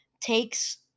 takes